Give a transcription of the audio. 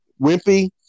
Wimpy